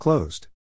Closed